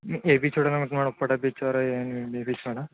ఏ beach చూడాలనుకుంటారు Uppada beach R M beach madam